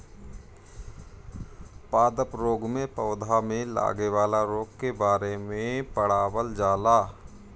पादप रोग में पौधा में लागे वाला रोग के बारे में पढ़ावल जाला